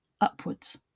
upwards